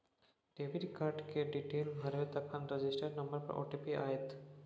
debit card केर detail भरबै तखन रजिस्टर नंबर पर ओ.टी.पी आएत